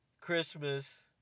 Christmas